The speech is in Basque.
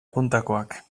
puntakoak